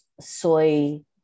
soy